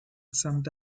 summed